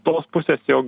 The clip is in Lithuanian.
tos pusės jog